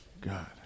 God